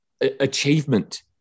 achievement